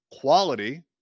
quality